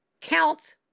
counts